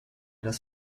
das